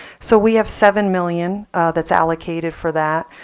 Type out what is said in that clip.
so we have seven million that's allocated for that.